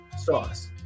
sauce